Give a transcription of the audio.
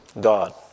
God